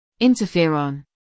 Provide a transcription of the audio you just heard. Interferon